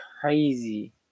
crazy